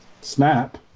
Snap